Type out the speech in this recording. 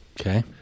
Okay